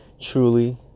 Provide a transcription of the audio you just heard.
truly